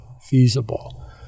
feasible